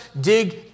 dig